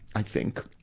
i think.